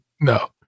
No